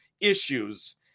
issues